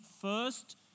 first